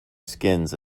skins